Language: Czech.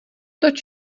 toť